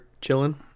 chilling